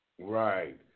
Right